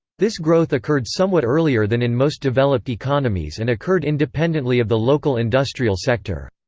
this growth occurred somewhat earlier than in most developed economies and occurred independently of the local industrial sector.